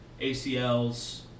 ACLs